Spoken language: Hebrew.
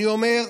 אני אומר: